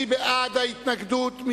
מי בעד ההתנגדות?